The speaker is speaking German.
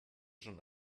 schon